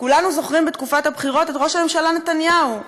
כולנו זוכרים בתקופת הבחירות את ראש הממשלה נתניהו: